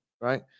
right